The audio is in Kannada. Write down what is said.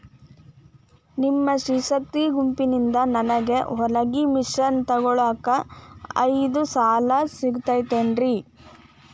ನಿಮ್ಮ ಸ್ತ್ರೇ ಶಕ್ತಿ ಗುಂಪಿನಿಂದ ನನಗ ಹೊಲಗಿ ಮಷೇನ್ ತೊಗೋಳಾಕ್ ಐದು ಸಾಲ ಸಿಗತೈತೇನ್ರಿ?